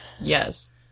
Yes